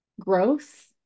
growth